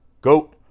Goat